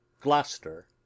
Gloucester